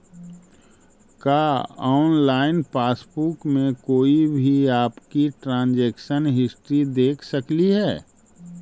का online passbook में कोई भी आपकी ट्रांजेक्शन हिस्ट्री देख सकली हे